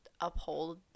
uphold